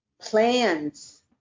plans